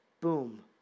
Boom